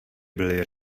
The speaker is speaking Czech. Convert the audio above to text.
byly